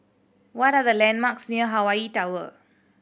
what are the landmarks near Hawaii Tower